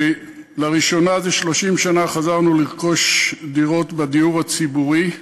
לראשונה אחרי 30 שנה חזרנו לרכוש דירות בדיור הציבורי,